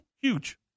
huge